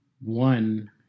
one